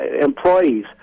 employees